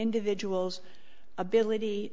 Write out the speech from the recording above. individual's ability